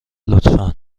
لطفا